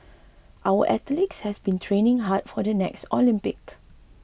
our athletes have been training hard for the next Olympics